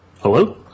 Hello